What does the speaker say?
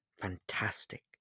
fantastic